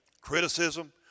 Criticism